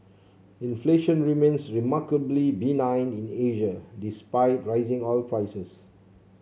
inflation remains remarkably benign in Asia despite rising oil prices